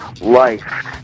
life